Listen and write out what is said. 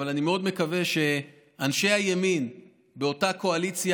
אבל אני מאוד מקווה שאנשי הימין באותה קואליציה